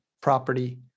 property